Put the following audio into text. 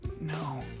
No